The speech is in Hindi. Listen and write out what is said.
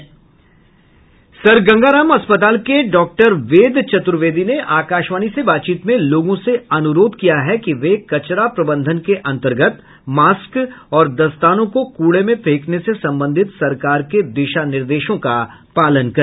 सर गंगा राम अस्पताल के डॉक्टर वेद चतुर्वेदी ने आकाशवाणी से बातचीत में लोगों से अनुरोध किया है कि वे कचरा प्रबंधन के अंतर्गत मास्क और दस्तानों को कूड़े में फैंकने से संबंधित सरकार के दिशा निर्देशों का पालन करें